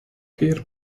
keer